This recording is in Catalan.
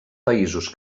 països